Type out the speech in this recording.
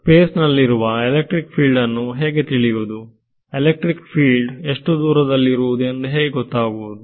space ಅಲ್ಲಿರುವ electric field ಅನ್ನು ಹೇಗೆ ತಿಳಿಯುವುದು ಎಲೆಕ್ಟ್ರಿಕ್ ಫೀಲ್ಡ್ ಎಷ್ಟು ದೂರದಲ್ಲಿರುವುದು ಎಂದು ಹೇಗೆ ಗೊತ್ತಾಗುವುದು